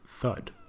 thud